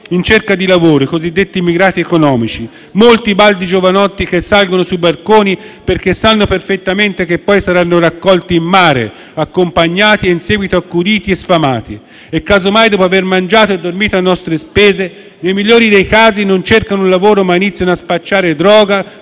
in cerca di lavoro, i cosiddetti immigrati economici. Molti baldi giovanotti, che salgono sui barconi perché sanno perfettamente che poi saranno raccolti in mare, accompagnati e in seguito accuditi e sfamati. E caso mai, dopo aver mangiato e dormito a nostre spese, nei migliori dei casi non cercano un lavoro, ma iniziano a spacciare droga